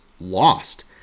lost